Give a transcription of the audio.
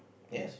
yes